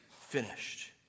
finished